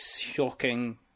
shocking